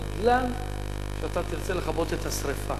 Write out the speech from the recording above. בגלל שאתה תרצה לכבות את השרפה.